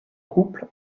couple